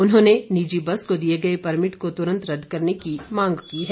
उन्होंने निजी बस को दिए गए परमिट को तुरंत रद्द करने की मांग की है